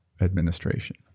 administration